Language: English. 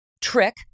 trick